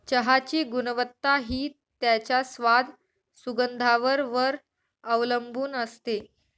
चहाची गुणवत्ता हि त्याच्या स्वाद, सुगंधावर वर अवलंबुन असते